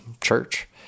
church